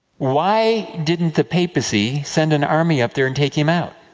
why didn't the papacy send an army up there, and take him out?